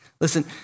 Listen